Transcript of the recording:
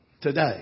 today